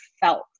felt